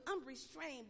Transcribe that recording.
unrestrained